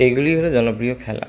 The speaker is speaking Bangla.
এগুলি হলো জনপ্রিয় খেলা